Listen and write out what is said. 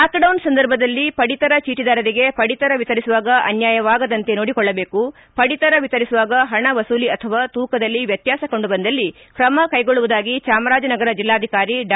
lockdown ಸಂದರ್ಭದಲ್ಲಿ ಪಡಿತರ ಚೀಟದಾರರಿಗೆ ಪಡಿತರ ವಿತರಿಸುವಾಗ ಅನ್ಯಾಯವಾಗದಂತೆ ನೋಡಿಕೊಳ್ಳಬೇಕು ಪಡಿತರ ವಿತರಿಸುವಾಗ ಹಣ ವಸೂಲಿ ಅಥವಾ ತೂಕದಲ್ಲಿ ವ್ಯತ್ಯಾಸ ಕಂಡು ಬಂದಲ್ಲಿ ತ್ರಮ ಕೈಗೊಳ್ಳುವುದಾಗಿ ಚಾಮರಾಜನಗರ ಜಿಲ್ಲಾಧಿಕಾರಿ ಡಾ